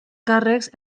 càrrecs